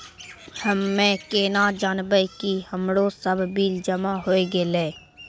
हम्मे केना जानबै कि हमरो सब बिल जमा होय गैलै?